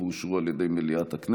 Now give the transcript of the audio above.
אני מוסיף את קולותיהם